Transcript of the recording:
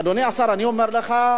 אדוני השר, אני אומר לך,